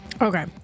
okay